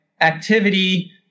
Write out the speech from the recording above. activity